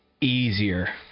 easier